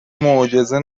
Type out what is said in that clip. معجزه